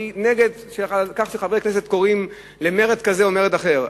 אני נגד זה שחברי כנסת קוראים למרד כזה או למרד אחר.